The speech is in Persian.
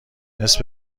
نصف